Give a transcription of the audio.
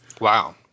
Wow